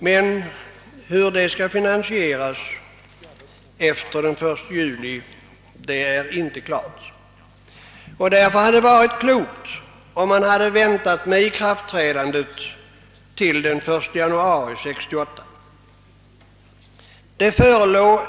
Finansieringsfrågan efter den 1 juli är alltså inte klar. Därför hade det varit klokt att vänta med ikraftträdandet till den 1 januari 1968.